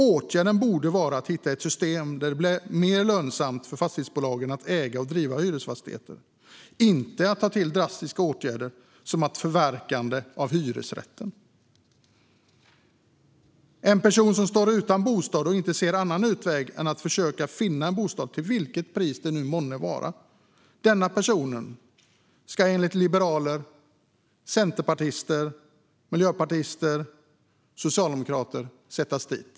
Lösningen borde vara att hitta ett system där det blir mer lönsamt för fastighetsbolagen att äga och driva hyresfastigheter - inte att ta till drastiska åtgärder som ett förverkande av hyresrätten. En person som står utan bostad och inte ser någon annan utväg än att försöka finna en bostad till vilket pris det nu månne vara ska enligt liberaler, centerpartister, miljöpartister och socialdemokrater sättas dit.